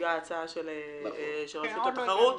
הוצגה ההצעה של רשות התחרות.